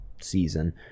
season